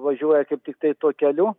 važiuoja kaip tiktai tuo keliu